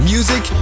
Music